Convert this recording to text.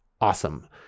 awesome